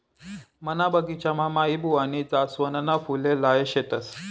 मना बगिचामा माईबुवानी जासवनना फुले लायेल शेतस